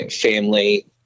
family